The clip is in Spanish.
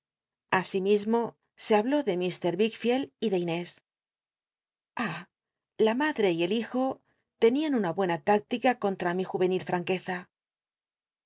asimismo se habló de mr wickfield y de inés a la madre y el hijo tenían una buena u'tctica contra mi jmcnil